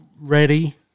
ready